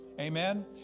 Amen